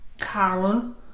Karen